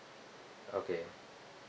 okay